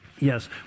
Yes